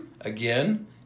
Again